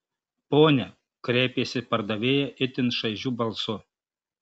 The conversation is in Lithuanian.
pone kreipėsi pardavėja itin šaižiu balsu